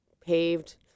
paved